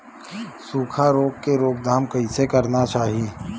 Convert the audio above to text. सुखा रोग के रोकथाम कइसे करना चाही?